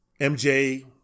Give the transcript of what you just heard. MJ